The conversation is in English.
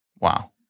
wow